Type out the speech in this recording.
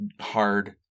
hard